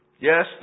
yes